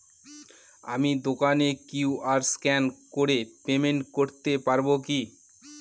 আমি দোকানে QR scan করে পেমেন্ট করতে পারবো কি?